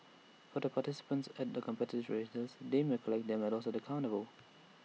for the participants of the competitive races they may collect their medals at the carnival